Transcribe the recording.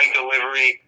delivery